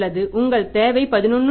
அதாவது உங்கள் தேவை 11